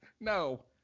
No